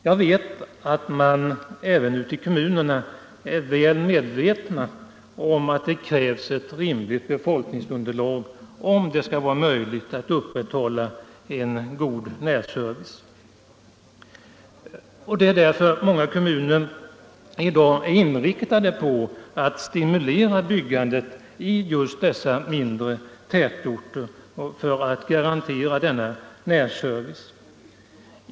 Jag vet att man även ute i kommunerna är väl medveten om att det krävs ett rimligt befolkningsunderlag om det skall vara möjligt att upprätthålla en god närservice. Det är därför många kommuner i dag är inriktade på att stimulera byggandet i mindre tätorter för att garantera närservice.